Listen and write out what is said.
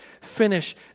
finish